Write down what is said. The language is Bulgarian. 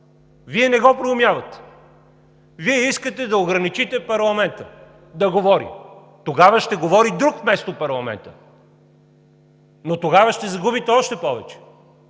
Вие не го проумявате! Вие искате да ограничите парламента да говори. Тогава ще говори друг вместо парламента, но тогава ще загубите още повече.